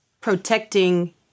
protecting